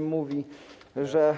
Mówi się, że